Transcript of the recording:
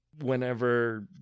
Whenever